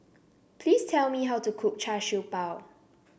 please tell me how to cook Char Siew Bao